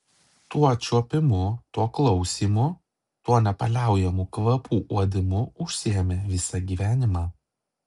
tuo čiuopimu tuo klausymu tuo nepaliaujamu kvapų uodimu užsiėmė visą gyvenimą